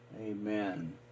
amen